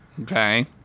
Okay